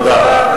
תודה.